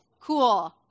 cool